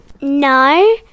No